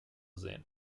sehen